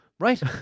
Right